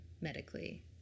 medically